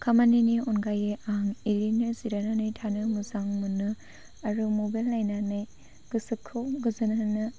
खामानिनि अनगायै आं ओरैनो जिरायनानै थानो मोजां मोनो आरो मबाइल नायनानै गोसोखौ गोजोन होनो